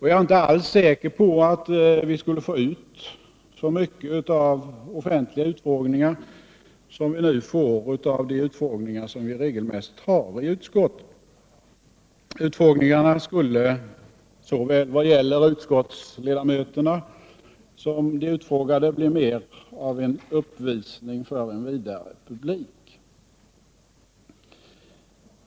Jag är inte alls säker på att vi skulle få ut så mycket av offentliga utfrågningar som vi nu får av de utfrågningar som vi regelmässigt har i utskotten. Utfrågningarna skulle, såväl för utskottsledamöterna som för de utfrågade, bli mer av en uppvisning för en större publik.